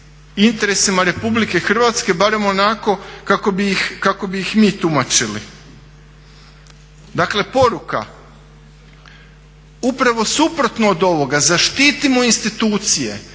interesima Republike Hrvatske, barem onako kako bi ih mi tumačili. Dakle poruka upravo suprotno od ovoga, zaštitimo institucije,